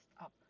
up